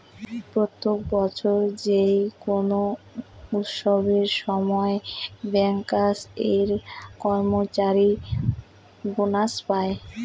প্রত্যেক বছর যেই কোনো উৎসবের সময় ব্যাংকার্স এর কর্মচারীরা বোনাস পাঙ